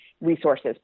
resources